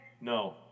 No